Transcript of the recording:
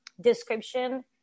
description